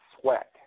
sweat